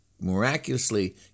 miraculously